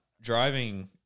Driving